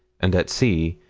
and at sea,